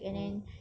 mm